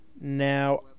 Now